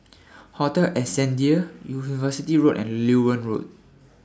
Hotel Ascendere University Road and Loewen Road